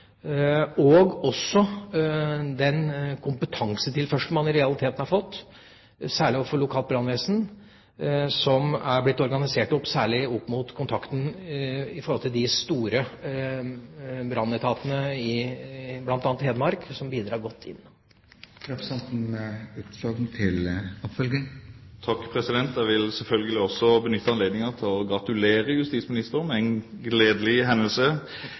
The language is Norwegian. og også den kompetansetilførsel man i realiteten har fått, særlig i det lokale brannvesen, som er blitt organisert særlig opp mot kontakt med de store brannetatene i bl.a. Hedmark, som bidrar godt. Jeg vil selvfølgelig også benytte anledningen til å gratulere justisministeren med en gledelig hendelse.